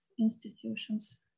institutions